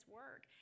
work